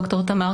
אני ד"ר תמר